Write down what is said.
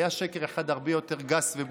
היה שקר הרבה יותר גס ובוטה.